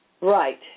Right